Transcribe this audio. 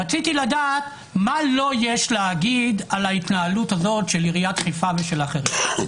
רציתי לדעת מה לו יש להגיד על ההתנהלות הזאת של עיריית חיפה ושל אחרים.